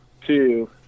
two